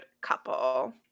couple